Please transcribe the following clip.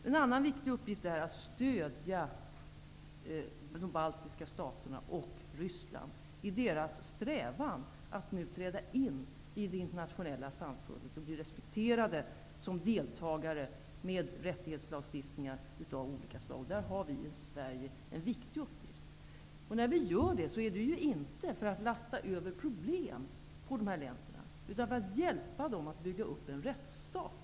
En annan viktig uppgift är att stödja de baltiska staterna och Ryssland i deras strävan att nu träda in i det internationella samfundet och bli respekterade som deltagare med rättighetslagstiftningar av olika slag. Där har vi i Sverige en viktig uppgift. Vi gör det inte för att lasta över problem på de här länderna utan för att hjälpa dem att bygga upp en rättsstat.